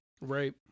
Right